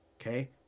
Okay